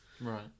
Right